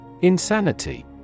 Insanity